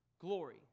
glory